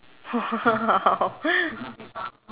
!wow!